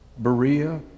Berea